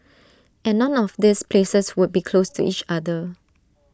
and none of these places would be close to each other